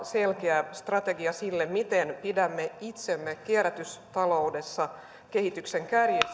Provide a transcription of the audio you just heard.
olla selkeä strategia sille miten pidämme itsemme kierrätystaloudessa kehityksen kärjessä millä tulee olemaan korkea